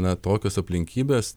na tokios aplinkybės